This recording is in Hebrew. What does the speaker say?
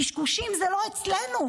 קשקושים זה לא אצלנו,